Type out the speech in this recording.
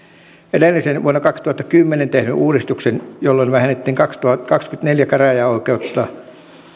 edellisen vuonna kaksituhattakymmenen tehdyn uudistuksen jälkeen jolloin vähennettiin kaksikymmentäneljä käräjäoikeutta